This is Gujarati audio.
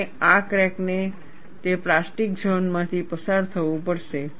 અને આ ક્રેકને તે પ્લાસ્ટિક ઝોન માંથી પસાર થવું પડશે